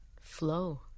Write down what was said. Flow